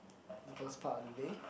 the first part of the day